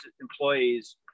employees